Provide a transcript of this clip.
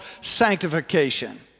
sanctification